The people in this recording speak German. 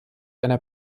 einer